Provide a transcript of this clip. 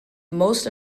most